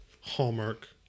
Hallmark